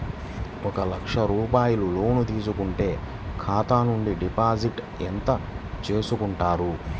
ఒక లక్ష రూపాయలు లోన్ తీసుకుంటే ఖాతా నుండి డిపాజిట్ ఎంత చేసుకుంటారు?